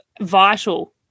vital